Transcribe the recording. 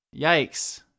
Yikes